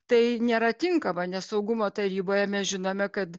tai nėra tinkama nes saugumo taryboje mes žinome kad